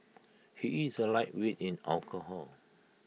he is A lightweight in alcohol